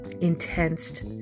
intense